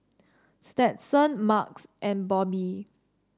Stetson Marques and Bobbye